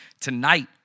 tonight